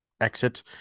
exit